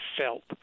felt